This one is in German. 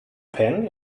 penh